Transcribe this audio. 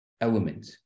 element